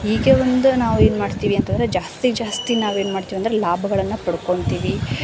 ಹೀಗೆ ಒಂದು ನಾವು ಏನು ಮಾಡ್ತೀವಿ ಅಂತಂದ್ರೆ ಜಾಸ್ತಿ ಜಾಸ್ತಿ ನಾವು ಏನು ಮಾಡ್ತೆವಂದ್ರೆ ಲಾಭಗಳನ್ನ ಪಡ್ಕೊಳ್ತೀವಿ